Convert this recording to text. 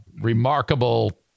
remarkable